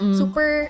super